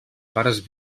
pares